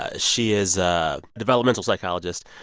ah she is a developmental psychologist.